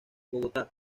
bogotá